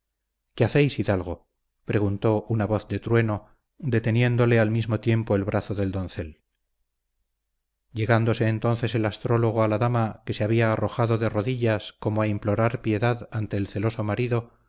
qué hacéis hidalgo preguntó una voz de trueno deteniéndole al mismo tiempo el brazo del doncel llegándose entonces el astrólogo a la dama que se había arrojado de rodillas como a implorar piedad ante el celoso marido